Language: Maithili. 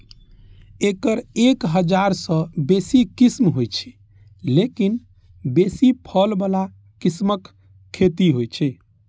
एकर एक हजार सं बेसी किस्म होइ छै, लेकिन बेसी फल बला किस्मक खेती होइ छै